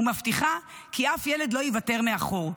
ומבטיחה כי אף ילד לא ייוותר מאחור.